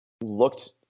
looked